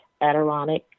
Adirondack